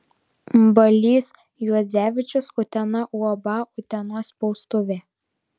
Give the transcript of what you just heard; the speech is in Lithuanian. balys juodzevičius utena uab utenos spaustuvė